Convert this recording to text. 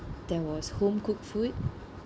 there was home cooked food